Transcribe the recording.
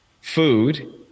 food